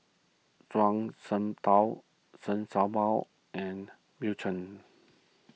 Zhuang Shengtao Chen Show Mao and Bill Chen